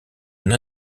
une